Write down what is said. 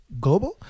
global